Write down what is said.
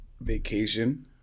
vacation